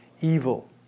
evil